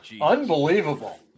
Unbelievable